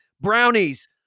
Brownies